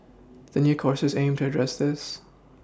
the new courses aim to address this